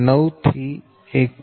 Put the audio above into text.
9 થી 1